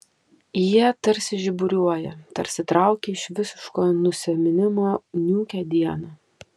jie tarsi žiburiuoja tarsi traukia iš visiško nusiminimo niūkią dieną